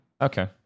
Okay